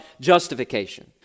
justification